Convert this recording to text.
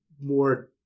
more